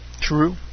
true